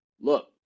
look